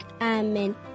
Amen